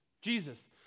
Jesus